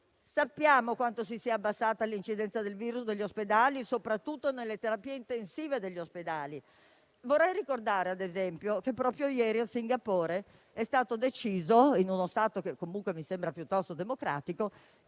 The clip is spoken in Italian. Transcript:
Sappiamo quanto si sia abbassata l'incidenza del virus negli ospedali, soprattutto nelle terapie intensive degli ospedali. Vorrei ricordare, ad esempio, che proprio ieri a Singapore, in uno Stato che comunque mi sembra piuttosto democratico,